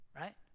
right